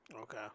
Okay